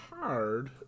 hard